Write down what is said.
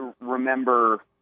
remember